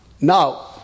Now